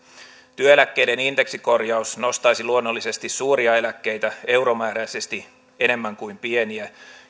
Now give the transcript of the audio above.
työeläkkeiden indeksikorjaus nostaisi luonnollisesti suuria eläkkeitä euromääräisesti enemmän kuin pieniä